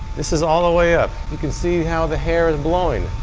this is all the way up. you can see how the hair is blowing.